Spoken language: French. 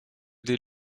des